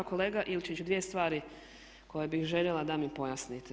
Kolega Ilčić dvije stvari koje bih željela da mi pojasnite.